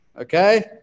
Okay